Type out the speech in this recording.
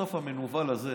בסוף המנוול הזה